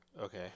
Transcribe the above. Okay